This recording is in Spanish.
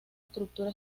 estructura